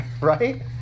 right